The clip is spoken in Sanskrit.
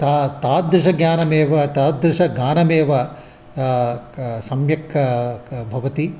ता तादृशं ज्ञानमेव तादृशं गानमेव सम्यक् क भवति